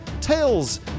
tales